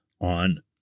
on